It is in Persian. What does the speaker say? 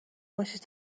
باشید